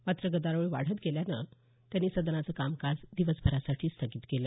मात्र गदारोळ वाढत गेल्यानं त्यांनी सदनाचं कामकाज दिवसभरासाठी स्थगित केलं